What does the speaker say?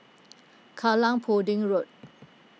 Kallang Pudding Road